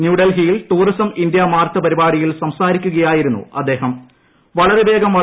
ന്യൂഡൽഹിയിൽ tourism India mart പരിപാടിയിൽ സംസാരിക്കുകയായിരുന്നു വളരെവേഗം അദ്ദേഹം